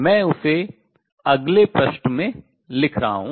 मैं उसे अगले पृष्ठ में लिख रहा हूँ